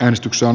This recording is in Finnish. äänestyksen